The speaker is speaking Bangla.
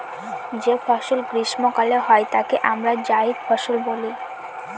যে ফসল গ্রীস্মকালে হয় তাকে আমরা জাইদ ফসল বলি